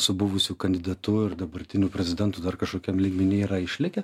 su buvusiu kandidatu ir dabartiniu prezidentu dar kažkokiam lygmenyje yra išlikę